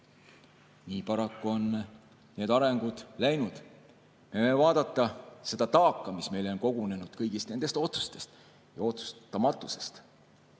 Nii paraku on need arengud läinud. Me võime vaadata seda taaka, mis meile on kogunenud kõigist nendest otsustest ja otsustamatusest,